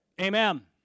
Amen